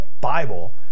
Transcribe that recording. Bible